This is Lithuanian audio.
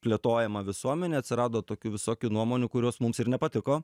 plėtojama visuomenėj atsirado tokių visokių nuomonių kurios mums ir nepatiko